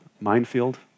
minefield